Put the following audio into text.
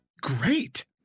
great